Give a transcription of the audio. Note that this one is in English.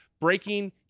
breaking